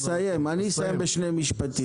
אני אסיים בשני משפטים.